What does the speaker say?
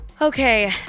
Okay